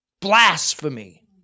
blasphemy